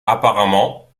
apparemment